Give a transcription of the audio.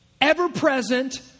ever-present